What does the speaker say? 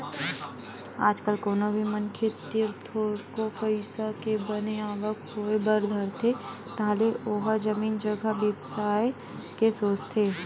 आज कल कोनो भी मनखे तीर थोरको पइसा के बने आवक होय बर धरथे तहाले ओहा जमीन जघा बिसाय के सोचथे